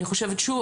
שוב,